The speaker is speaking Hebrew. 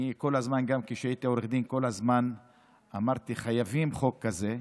גם כשהייתי עורך דין כל הזמן אמרתי: חייבים חוק כזה.